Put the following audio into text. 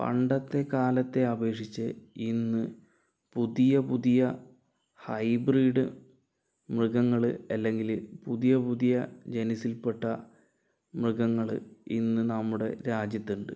പണ്ടത്തെ കാലത്തേ അപേക്ഷിച്ച് ഇന്ന് പുതിയ പുതിയ ഹൈബ്രിഡ് മൃഗങ്ങള് അല്ലെങ്കില് പുതിയ പുതിയ ജനിസിൽ പെട്ട മൃഗങ്ങള് ഇന്ന് നമ്മുടെ രാജ്യത്തുണ്ട്